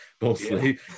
mostly